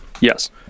Yes